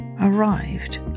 arrived